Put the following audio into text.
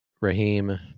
Raheem